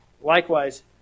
Likewise